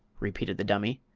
repeated the dummy,